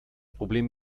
problem